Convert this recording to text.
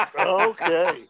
Okay